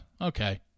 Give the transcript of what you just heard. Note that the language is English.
okay